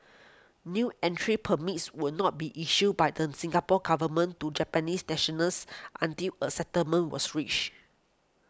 new entry permits would not be issued by the Singapore Government to Japanese nationals until a settlement was reached